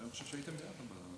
אני חושב שהייתם ביחד.